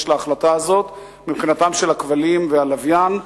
להחלטה הזאת מבחינתם של הכבלים והלוויין.